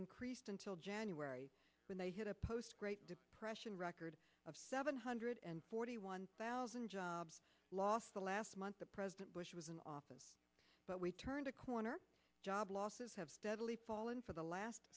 increased until january when they hit a post great depression record of seven hundred and forty one thousand jobs lost the last month the president bush was in office but we turned a corner job losses have steadily fallen for the last